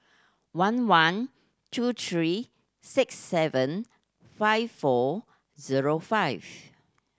one one two three six seven five four zero five